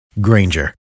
Granger